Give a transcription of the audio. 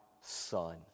son